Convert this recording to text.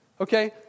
Okay